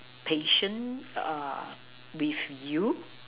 impatient err with you